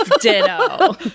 ditto